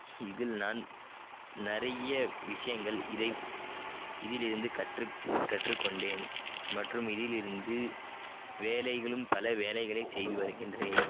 இதில் நான் நிறைய விஷயங்கள் இதை இதிலிருந்து கற்றுக்கொண்டேன் மற்றும் இதிலிருந்து வேலைகளும் பல வேலைகளை செய்து வருகிறேன்